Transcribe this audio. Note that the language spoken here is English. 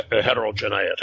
heterogeneity